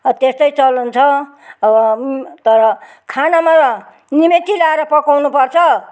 अब त्यस्तै चलन छ अब तर खानामा निमित्त लगाएर पकाउनु पर्छ